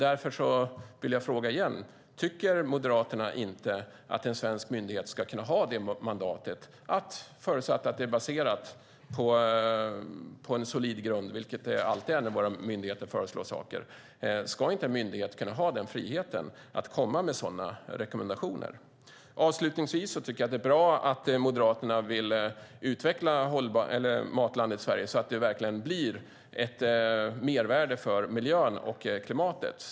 Därför vill jag fråga igen: Tycker inte Moderaterna att en svensk myndighet ska kunna ha detta mandat? Förutsatt att det är baserat på en solid grund, vilket det alltid är när våra myndigheter föreslår saker, ska inte en myndighet ha friheten att komma med sådana rekommendationer? Avslutningsvis tycker jag att det är bra att Moderaterna vill utveckla Matlandet Sverige så att det verkligen blir ett mervärde för miljön och klimatet.